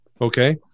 Okay